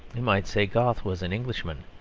we might say goethe was an englishman,